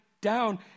down